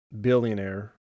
billionaire